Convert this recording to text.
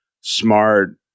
smart